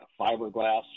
fiberglass